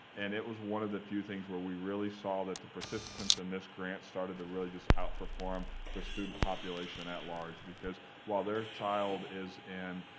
and it was one of the few things that we really saw that the participants in this grant started to really just out-perform the student population at-large because while their child is in